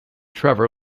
trevor